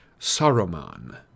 Saruman